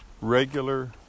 regular